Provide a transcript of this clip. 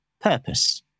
purpose